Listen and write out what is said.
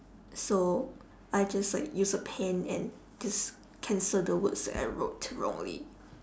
so I just like use a pen and just cancel the words that I wrote wrongly